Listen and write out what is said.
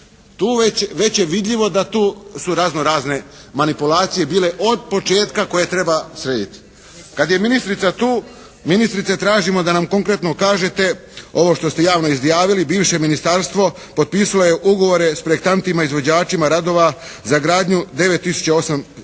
tu već je vidljivo da tu su razno razne manipulacije bile od početka koje treba srediti. Kad je ministrica tu, ministrice tražimo da nam konkretno kažete ovo što ste javno izjavili bivše ministarstvo potpisalo je ugovore s projektantima izvođačima radova za gradnju 9